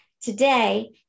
today